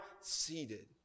seated